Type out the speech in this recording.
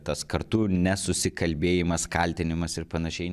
tas kartų nesusikalbėjimas kaltinimas ir panašiai